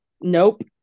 Nope